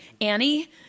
Annie